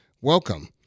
Welcome